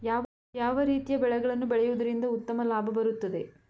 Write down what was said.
ಯಾವ ರೀತಿಯ ಬೆಳೆಗಳನ್ನು ಬೆಳೆಯುವುದರಿಂದ ಉತ್ತಮ ಲಾಭ ಬರುತ್ತದೆ?